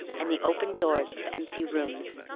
and the open doors of empty rooms.